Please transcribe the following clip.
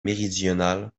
méridional